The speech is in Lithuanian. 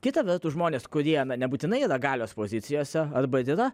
kita vertus žmonės kurie nebūtinai yra galios pozicijose arba jei ir yra